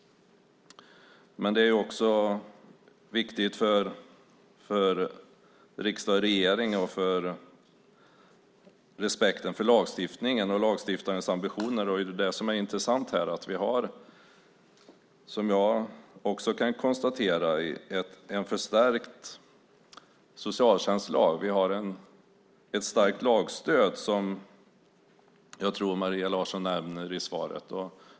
Det är också viktigt för riksdag och regering, för respekten för lagstiftningen och för lagstiftarens ambitioner. Det intressanta här, vilket jag också kan konstatera, är att vi har en förstärkt socialtjänstlag. Vi har ett starkt lagstöd som jag tror Maria Larsson nämner i svaret.